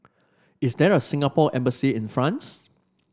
is there a Singapore Embassy in France